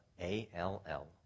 A-L-L